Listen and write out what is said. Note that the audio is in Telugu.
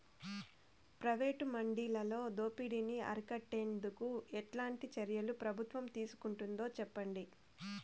ప్రైవేటు మండీలలో దోపిడీ ని అరికట్టేందుకు ఎట్లాంటి చర్యలు ప్రభుత్వం తీసుకుంటుందో చెప్పండి?